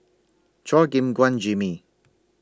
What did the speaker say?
Chua Gim Guan Jimmy